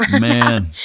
man